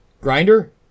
grinder